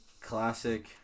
classic